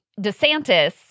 DeSantis